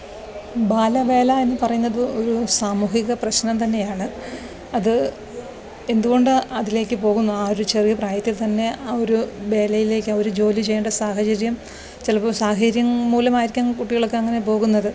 ബാലവേല എന്ന് പറയുന്നത് ഒരു സാമൂഹിക പ്രശ്നം തന്നെയാണ് അത് എന്ത്കൊണ്ട് ആ അതിലേക്ക് പോകുന്നു ആ ഒരു ചെറിയ പ്രായത്തില് തന്നെ ആ ഒരു വേലയിലേക്ക് അവർ ജോലി ചെയ്യേണ്ട സാഹചര്യം ചിലപ്പോൾ സാഹര്യം മൂലമായിരിക്കാം കുട്ടികളൊക്കെ അങ്ങനെ പോകുന്നത്